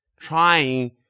trying